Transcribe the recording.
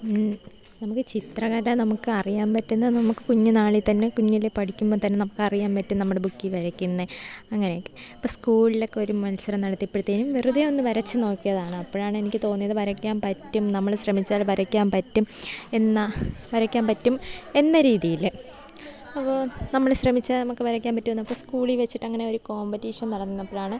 നമുക്ക് ചിത്രകല നമുക്കറിയാൻ പറ്റുന്ന നമുക്ക് കുഞ്ഞു നാളീ തന്നെ കുഞ്ഞിലേ പഠിക്കുമ്പം തന്നെ നമുക്കറിയാൻ പറ്റും നമ്മുടെ ബുക്കീ വരക്കുന്ന അങ്ങനെയൊക്കെ ഇപ്പം സ്കൂളിലൊക്കെ ഒരു മത്സരം നടത്തിയപ്പോഴ്ത്തേനും വെറുതെ ഒന്ന് വരച്ച് നോക്കിയതാണ് അപ്പോഴാണ് എനിക്ക് തോന്നിയത് വരക്കാൻ പറ്റും നമ്മൾ ശ്രമിച്ചാൽ വരയ്ക്കാൻ പറ്റും എന്നാൽ വരക്കാൻ പറ്റും എന്ന രീതിയിൽ അപ്പോൾ നമ്മൾ ശ്രമിച്ചാൽ നമുക്ക് വരക്കാൻ പറ്റുമെന്ന് അപ്പം സ്കൂളീ വെച്ചിട്ടങ്ങനെ ഒരു കോമ്പറ്റീഷൻ നടന്നപ്പോഴാണ്